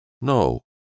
No